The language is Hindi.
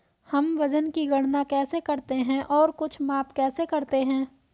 हम वजन की गणना कैसे करते हैं और कुछ माप कैसे करते हैं?